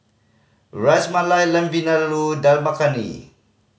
Ras Malai Lamb Vindaloo Dal Makhani